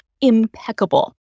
impeccable